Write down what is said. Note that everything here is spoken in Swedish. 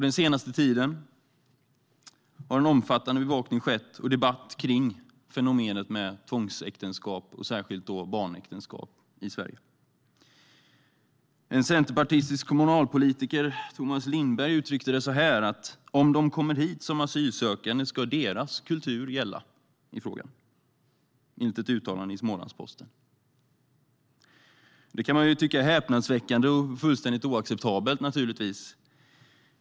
Den senaste tiden har vi sett en omfattande bevakning av och debatt om fenomenet tvångsäktenskap och då särskilt barnäktenskap i Sverige. Den centerpartistiske kommunpolitikern Thomas Lindberg uttryckte det så här i ett uttalande i Smålandsposten: "Om de kommer hit som asylsökande ska deras kultur gälla." Det kan man tycka är häpnadsväckande och fullständigt oacceptabelt.